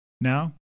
Now